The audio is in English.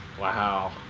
Wow